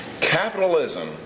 capitalism